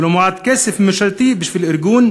ולא מעט כסף ממשלתי בשביל ארגון